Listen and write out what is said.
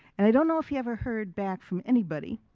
and i don't know if he ever heard back from anybody,